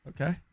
Okay